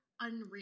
unreal